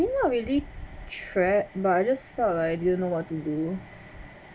you know really threat but I just saw I didn't know what to do